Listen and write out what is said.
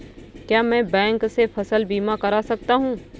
क्या मैं बैंक से फसल बीमा करा सकता हूँ?